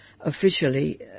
officially